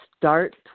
start